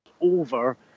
over